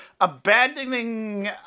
abandoning